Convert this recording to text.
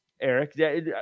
eric